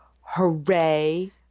hooray